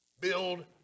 Build